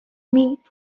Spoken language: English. meet